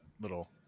little